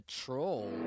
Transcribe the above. troll